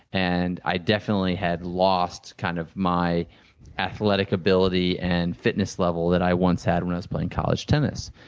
and i definitely had lost kind of my athletic ability and fitness level that i once had, when i was playing college tennis.